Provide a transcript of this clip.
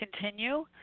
continue